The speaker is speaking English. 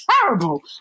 terrible